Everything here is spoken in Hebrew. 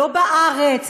לא בארץ,